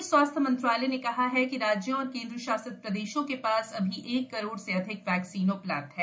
केंद्रीय स्वास्थ्य मंत्रालय ने कहा है कि राज्यों और केंद्रशासित प्रदेशों के पास अभी एक करोड़ से अधिक वैक्सीन उपलब्ध हैं